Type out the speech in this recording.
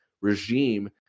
regime